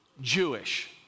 Jewish